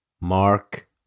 Mark